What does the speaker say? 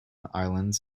islands